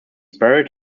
buried